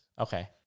Okay